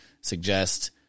suggest